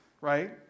right